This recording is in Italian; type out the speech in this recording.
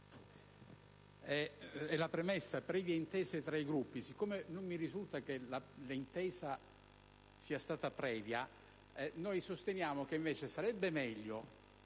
ha parlato di «previe intercorse tra i Gruppi». Siccome non mi risulta che l'intesa sia stata previa, noi sosteniamo che invece sarebbe meglio